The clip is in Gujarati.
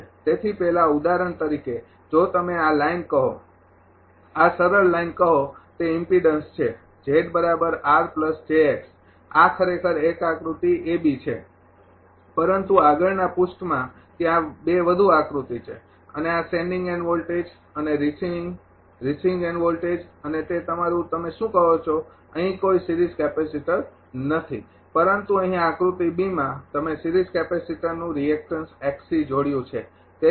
તેથી પહેલા ઉદાહરણ તરીકે જો તમે આ લાઇન કહો આ સરળ લાઇન કહો તે ઇમ્પીડન્સ છે આ ખરેખર એક આકૃતિ a b છે પરંતુ આગળના પૃષ્ઠમાં ત્યાં બે વધુ આકૃતિ છે અને આ સેંડિંગ એન્ડ વોલ્ટેજ અને રિસીવિંગ રિસીવિંગ એન્ડ વોલ્ટેજ અને તે તમારું તમે શું કહો છો અહીં કોઈ સિરીઝ કેપેસિટર નથી પરંતુ અહીં આકૃતિ b માં તમે સિરીઝ કેપેસિટરનું રિએક્ટન્સ જોડ્યું છે